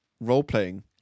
role-playing